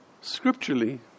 scripturally